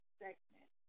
segment